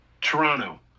Toronto